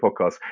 podcast